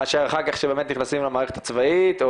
מאשר אחר כך כשנכנסים למערכת הצבאית,